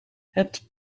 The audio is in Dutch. het